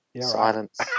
Silence